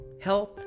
health